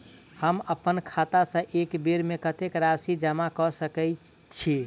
हम अप्पन खाता सँ एक बेर मे कत्तेक राशि जमा कऽ सकैत छी?